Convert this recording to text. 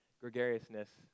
gregariousness